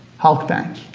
halkbank.